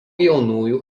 jaunųjų